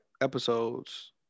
episodes